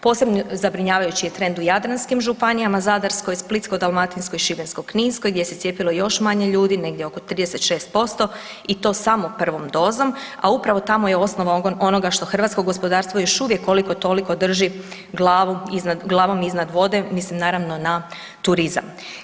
Posebno zabrinjavajući je trend u jadranskim županijama, Zadarskoj i Splitsko-dalmatinskoj i Šibensko-kninskoj gdje se cijepilo još manje ljudi, negdje oko 36% i to samo prvom dozom, a upravo tamo je osnova onoga što hrvatsko gospodarstvo još uvijek koliko toliko drži glavu iznad, glavom iznad vode, mislim naravno na turizam.